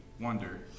wonder